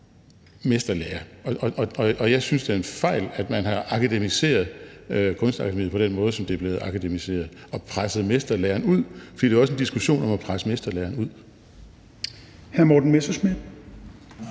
mesterlære, og jeg synes, det er en fejl, at man har akademiseret Kunstakademiet på den måde, som det er blevet akademiseret på. Man har presset mesterlæren ud. For det er også en diskussion om at presse mesterlæren ud.